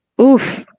Oof